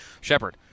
Shepard